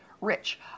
Rich